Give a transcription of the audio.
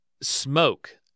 smoke